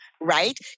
right